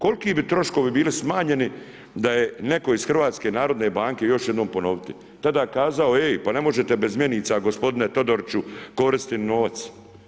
Koliki bi troškovi bili smanjeni da je netko iz HNB-a, još ću jednom ponoviti, tada kazao ej, pa ne možete bez mjenica gospodine Todoriću koristiti novac.